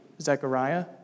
Zechariah